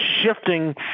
shifting